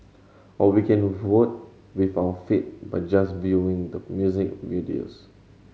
or we can vote with our feet by just viewing the music videos